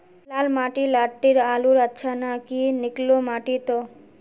लाल माटी लात्तिर आलूर अच्छा ना की निकलो माटी त?